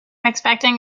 expecting